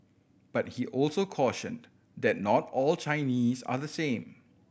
but he also cautioned that not all Chinese are the same